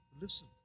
Listen